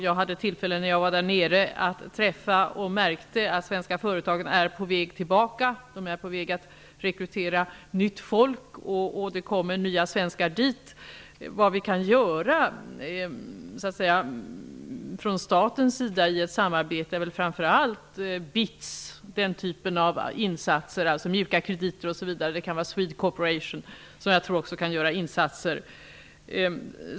Jag hade när jag var där nere tillfälle att träffa deras representanter, och jag märkte att de svenska företagen är på väg tillbaka. De håller på att rekrytera nytt folk, och det kommer nya svenskar dit. Vad vi från statens sida kan göra i ett samarbete är framför allt insatser via BITS och den typen av insatser. Det gäller mjuka krediter, osv. Jag tror också att Swede Corporation kan göra insatser.